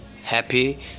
happy